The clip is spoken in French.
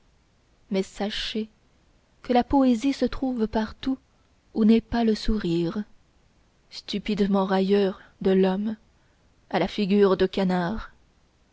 mais sachez que la poésie se trouve partout où n'est pas le sourire stupidement railleur de l'homme à la figure de canard